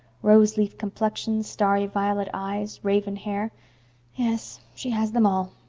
rose-leaf complexion starry violet eyes raven hair yes, she has them all.